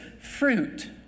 fruit